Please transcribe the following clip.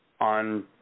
on